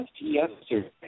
yesterday